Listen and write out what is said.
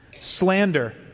slander